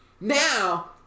Now